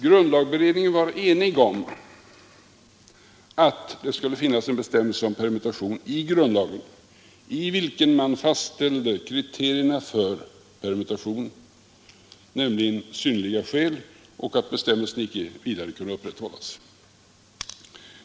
Grundlagberedningen var enig om att det i grundlagen skulle finnas en bestämmelse om permutation, i vilken man fastställde kriterierna för permutation, nämligen att ändring får medges i upprättad handling, om vad som där föreskrivits inte längre kan tillämpas eller eljest synnerliga skäl till ändring föreligger.